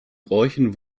bräuchen